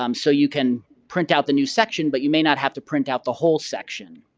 um so, you can print out the new section, but you may not have to print out the whole section.